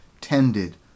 tended